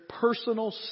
personal